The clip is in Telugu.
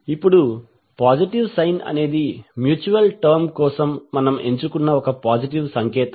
ఇప్పుడు పాజిటివ్ సైన్ అనేది మ్యూచువల్ టర్మ్ కోసం మనం ఎంచుకున్న ఒక పాజిటివ్ సంకేతం